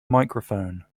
microphone